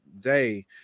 Day